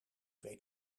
weet